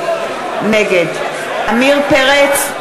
נגד עמיר פרץ,